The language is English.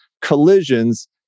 collisions